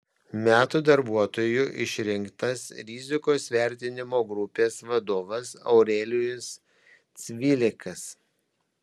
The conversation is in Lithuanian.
metų darbuotoju išrinktas rizikos vertinimo grupės vadovas aurelijus cvilikas